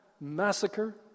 massacre